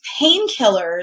painkillers